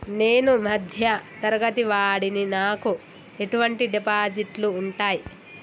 నేను మధ్య తరగతి వాడిని నాకు ఎటువంటి డిపాజిట్లు ఉంటయ్?